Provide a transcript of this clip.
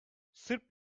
sırp